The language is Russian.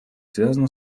связано